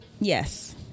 Yes